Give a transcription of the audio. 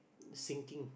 sinking